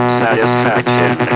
satisfaction